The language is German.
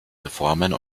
reformen